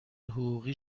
حقوقی